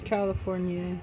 California